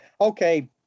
okay